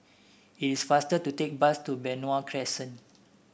it is faster to take bus to Benoi Crescent